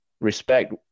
respect